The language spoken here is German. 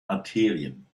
arterien